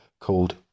called